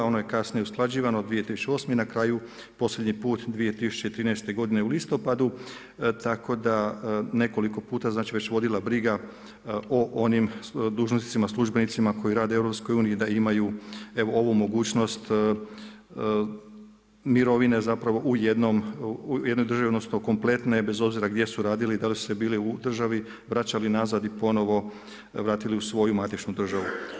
Ono je kasnije usklađivano 2008. i na kraju posljednji put 2013. godine u listopadu, tako ta nekoliko puta znači već vodila briga o onim dužnosnicima, službenicima koji rade u EU da imaju evo ovu mogućnost mirovine zapravo u jednom … kompletne bez obzira gdje su radili, da li su bili u državi, vraćali nazad i ponovo vratili u svoju matičnu državu.